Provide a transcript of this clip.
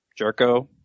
Jerko